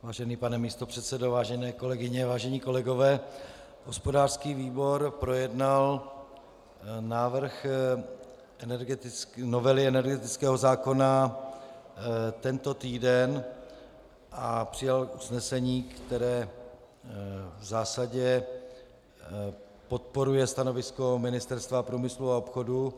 Vážený pane místopředsedo, vážené kolegyně, vážení kolegové, hospodářský výbor projednal návrh novely energetického zákona tento týden a přijal usnesení, které v zásadě podporuje stanovisko Ministerstva průmyslu a obchodu.